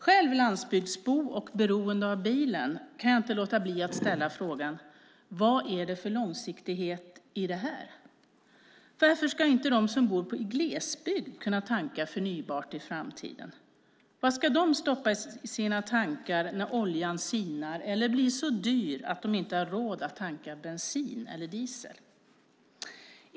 Själv landsbygdsbo och beroende av bilen kan jag inte låta bli att ställa frågan: Vad är det för långsiktighet i det här? Varför ska inte de som bor i glesbygd kunna tanka förnybart i framtiden? Vad ska de stoppa i sina tankar när oljan sinar eller blir så dyr att de inte har råd att tanka bensin eller diesel?